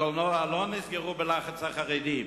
הקולנוע לא נסגר בלחץ החרדים,